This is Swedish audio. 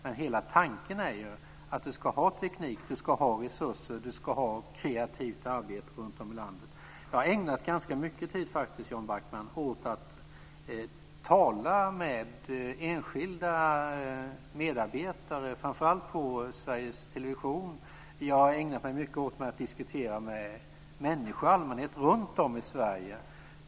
Men hela tanken är att vi ska ha teknik, resurser och kreativt arbete runtom i landet. Jag har, Jan Backman, ägnat ganska mycket tid åt att tala med enskilda medarbetare framför allt på Sveriges Television. Jag har också ägnat mig mycket åt att diskutera med människor i allmänhet runtom i Sverige.